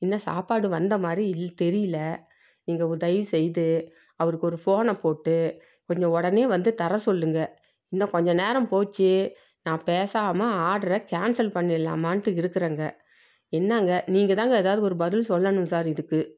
இன்னும் சாப்பாடு வந்த மாதிரி இல் தெரியல நீங்கள் ஒ தயவு செய்து அவருக்கு ஒரு ஃபோனை போட்டு கொஞ்சம் உடனே வந்து தர சொல்லுங்கள் இன்னும் கொஞ்சம் நேரம் போச்சு நான் பேசாமல் ஆர்ட்ரை கேன்சல் பண்ணிடலாமானுட்டு இருக்கிறேங்க என்னாங்க நீங்கள் தான் எதாவது ஒரு பதில் சொல்லணும் சார் இதுக்கு